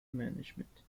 management